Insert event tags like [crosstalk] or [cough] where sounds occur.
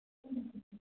[unintelligible]